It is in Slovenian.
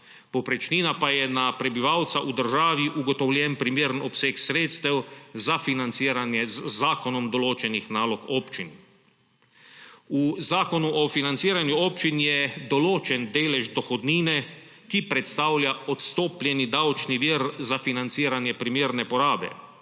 povprečnina pa je na prebivalca v državi ugotovljen primeren obseg sredstev za financiranje z zakonom določenih nalog občin. V Zakonu o financiranju občin je določen delež dohodnine, ki predstavlja odstopljeni davčni vir za financiranje primerne porabe.